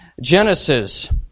Genesis